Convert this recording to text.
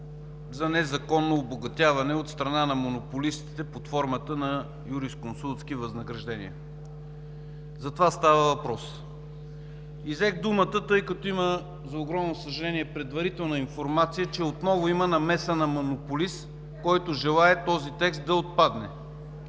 за незаконно обогатяване от страна на монополистите под формата на юрисконсултски възнаграждения. За това става въпрос. И взех думата, тъй като има предварителна информация, за огромно съжаление, че отново има намеса на монополист, който желае този текст да отпадне.